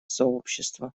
сообщества